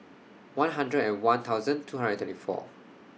one hundred and one thousand twenty four